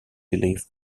believe